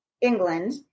England